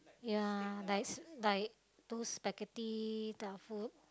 ya likes like those spaghetti that type of food